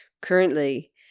currently